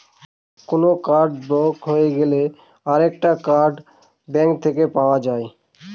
কোনো card block হতে গেলে আরেকটা কার্ড ব্যাঙ্ক থেকে পাই